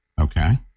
okay